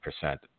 percent